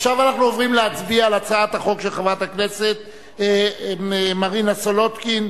עכשיו אנחנו עוברים להצביע על הצעת החוק של חברת הכנסת מרינה סולודקין,